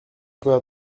peu